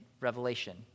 Revelation